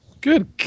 Good